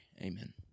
amen